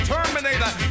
Terminator